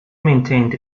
maintained